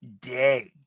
day